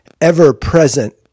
ever-present